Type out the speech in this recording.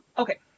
Okay